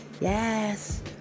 Yes